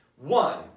one